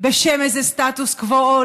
בשם איזה סטטוס קוו,